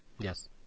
Yes